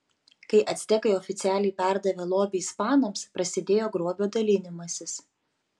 kai actekai oficialiai perdavė lobį ispanams prasidėjo grobio dalinimasis